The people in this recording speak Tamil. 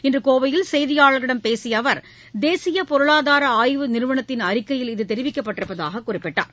இன்று கோவையில் செய்தியாளர்களிடம் பேசிய அவர் தேசிய பொருளாதார ஆய்வு நிறுவனத்தின் அறிக்கையில் இது தெரிவிக்கப்பட்டிருப்பதாக குறிப்பிட்டார்